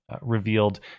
revealed